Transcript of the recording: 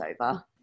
over